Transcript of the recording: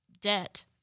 debt